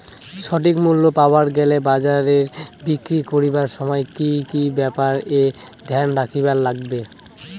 সঠিক মূল্য পাবার গেলে বাজারে বিক্রি করিবার সময় কি কি ব্যাপার এ ধ্যান রাখিবার লাগবে?